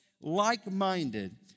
like-minded